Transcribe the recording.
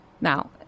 Now